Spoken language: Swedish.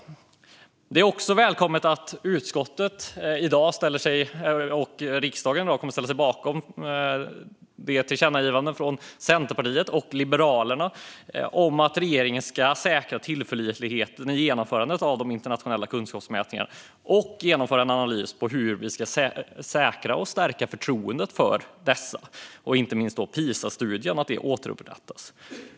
Det är också välkommet att utskottet och riksdagen ställer sig bakom tillkännagivandet från Centerpartiet och Liberalerna om att regeringen ska säkra tillförlitligheten i genomförandet av de internationella kunskapsmätningarna och genomföra en analys av hur vi ska säkra och stärka förtroendet för dem, inte minst för att förtroendet för Pisaundersökningen ska återupprättas.